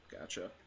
Gotcha